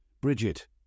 Bridget